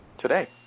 today